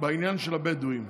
בעניין של הבדואים?